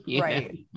Right